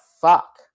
fuck